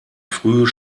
früh